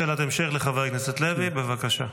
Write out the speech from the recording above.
שאלת המשך לחבר הכנסת לוי, בבקשה.